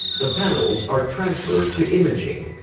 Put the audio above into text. the panels are transferred to imaging,